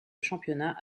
championnat